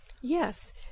Yes